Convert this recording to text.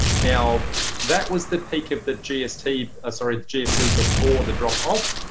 now that was the peak of the gfc ah sort of the gfc before the drop off.